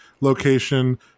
location